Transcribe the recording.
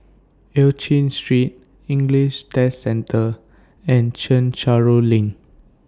EU Chin Street English Test Centre and Chencharu LINK